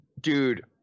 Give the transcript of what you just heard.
dude